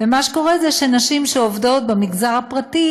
ומה שקורה זה שנשים שעובדות במגזר הפרטי